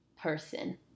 person